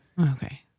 Okay